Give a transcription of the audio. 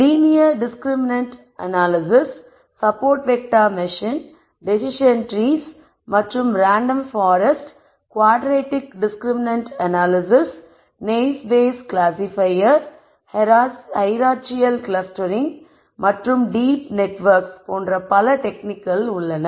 linear discriminant analysis support vector machine decision trees மற்றும் random forest quadratic discriminant analysis hierarchical clustering மற்றும் deep networks போன்ற பல டெக்னிக்கள் உள்ளன